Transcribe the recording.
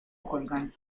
colgante